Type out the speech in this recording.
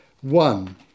one